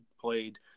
played